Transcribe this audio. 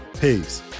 Peace